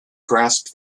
grasp